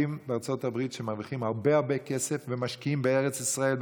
יש יהודים בארצות הברית שמרוויחים הרבה הרבה כסף ומשקיעים בארץ ישראל,